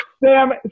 Sam